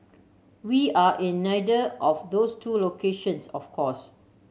we are in neither of those two locations of course